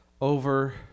over